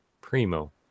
primo